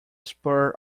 spur